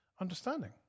understanding